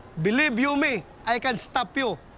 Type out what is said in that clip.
believe you me, i can stop you,